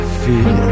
feel